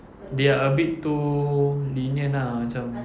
they are a bit too lenient ah macam